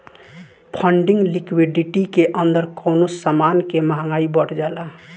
funding liquidity के अंदर कवनो समान के महंगाई बढ़ जाला